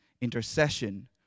intercession